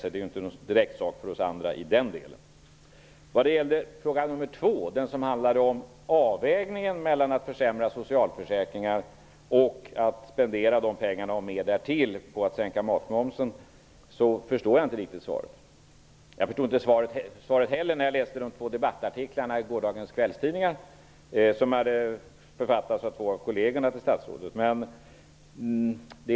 Den delen är inte direkt en sak för oss andra. Vad gäller fråga nr 2 - den som handlade om avvägningen mellan att försämra socialförsäkringar och att spendera de pengarna och mer därtill på att sänka matmomsen - förstår jag inte riktigt svaret. Jag förstod inte heller när jag läste de två debattartiklar i gårdagens kvällstidningar som hade författats av två av statsrådets kolleger.